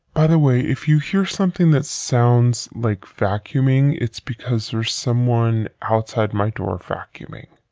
by the way, if you hear something that sounds like vacuuming, it's because there's someone outside my door vacuuming.